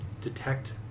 Detect